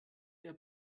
wer